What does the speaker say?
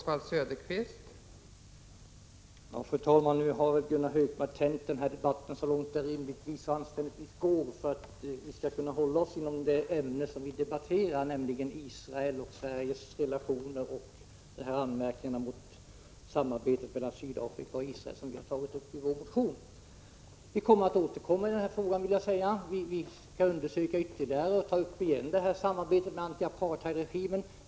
Fru talman! Nu har Gunnar Hökmark tänjt den här debatten så långt det rimligtvis och anständigtvis går för att vi skall kunna hålla oss inom det ämne som vi egentligen debatterar, nämligen Sveriges relationer till Israel och anmärkningarna mot samarbetet mellan Sydafrika och Israel, en fråga som vi har tagit upp i vår motion. Vi skall återkomma i den frågan sedan vi ytterligare har undersökt detta samarbete med apartheidregimen.